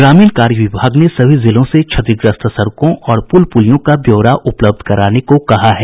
ग्रामीण कार्य विभाग ने सभी जिलों से क्षतिग्रस्त सड़कों और पुल पुलियों का ब्यौरा उपलब्ध कराने को कहा है